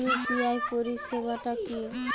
UPI পরিসেবাটা কি?